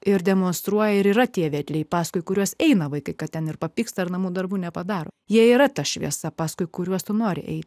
ir demonstruoja ir yra tie vedliai paskui kuriuos eina vaikai kad ten ir papyksta ir namų darbų nepadaro jie yra ta šviesa paskui kuriuos tu nori eiti